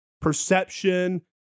perception